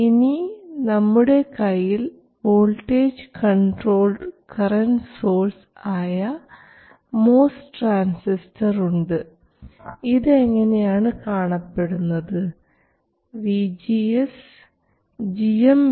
ഇനി നമ്മുടെ കയ്യിൽ വോൾട്ടേജ് കൺട്രോൾഡ് കറൻറ് സോഴ്സ് ആയ MOS ട്രാൻസിസ്റ്റർ ഉണ്ട് ഇത് ഇങ്ങനെയാണ് കാണപ്പെടുന്നത് VGS gm VGS